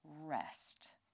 rest